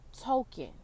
token